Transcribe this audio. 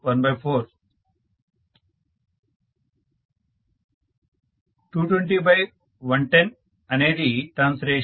professor 220110 అనేది turns ratio